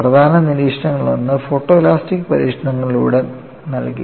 പ്രധാന നിരീക്ഷണങ്ങളിലൊന്ന് ഫോട്ടോലാസ്റ്റിക് പരീക്ഷണത്തിലൂടെ നൽകി